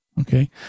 okay